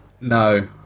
No